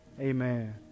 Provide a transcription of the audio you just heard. amen